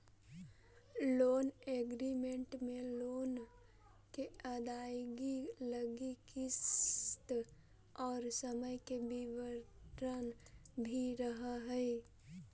loan agreement में loan के अदायगी लगी किस्त और समय के विवरण भी रहऽ हई